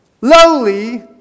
lowly